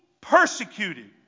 persecuted